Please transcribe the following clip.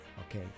Okay